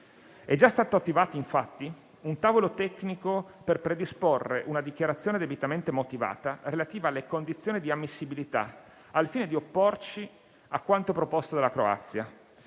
È già stato attivato, infatti, un tavolo tecnico per predisporre una dichiarazione debitamente motivata relativa alle condizioni di ammissibilità, al fine di opporci a quanto proposto dalla Croazia.